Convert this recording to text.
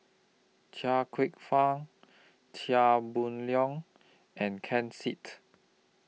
Chia Kwek Fah Chia Boon Leong and Ken Seet